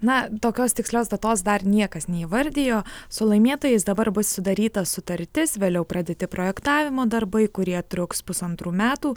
na tokios tikslios datos dar niekas neįvardijo su laimėtojais dabar bus sudaryta sutartis vėliau pradėti projektavimo darbai kurie truks pusantrų metų